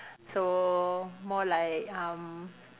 so more like um